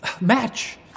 Match